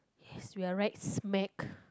yes we're